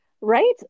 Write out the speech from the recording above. right